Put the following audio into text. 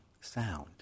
sound